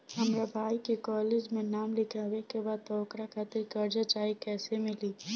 हमरा भाई के कॉलेज मे नाम लिखावे के बा त ओकरा खातिर कर्जा चाही कैसे मिली?